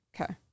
Okay